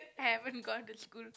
I haven't gone to school